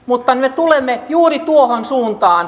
mutta me tulemme juuri tuohon suuntaan